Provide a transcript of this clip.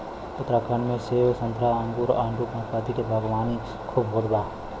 उत्तराखंड में सेब संतरा अंगूर आडू नाशपाती के बागवानी खूब होत बा